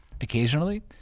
Occasionally